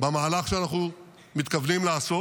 במהלך שאנחנו מתכוונים לעשות.